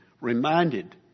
reminded